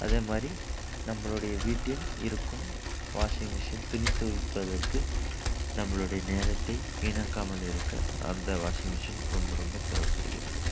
அதே மாதிரி நம்பளுடைய வீட்டில் இருக்கும் வாஷிங் மிஷின் துணி துவைப்பதற்கு நம்மளுடைய நேரத்தை வீணாக்காமல் இருக்க அந்த வாஷிங் மிஷின் ரொம்ப ரொம்ப தேவைப்படுகிறது